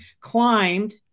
climbed